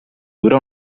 dura